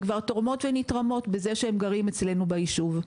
וכבר תורמות ונתרמות בזה שהם גרים אצלנו ביישוב.